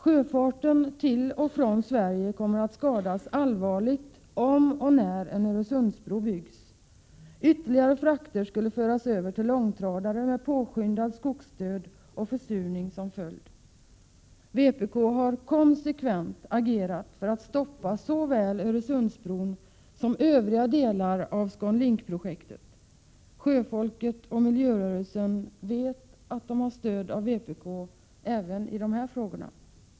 Sjöfarten till och från Sverige kommer att skadas allvarligt om och när en Öresundsbro byggs. Ytterligare frakter skulle föras över till långtradare, med påskyndad skogsdöd och försurning som följd. Vpk har konsekvent agerat för att stoppa såväl Öresundsbron som övriga delar av ScanLink-projektet. Sjöfolket och miljörörelsen vet att de har stöd av vpk även i dessa frågor.